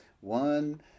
One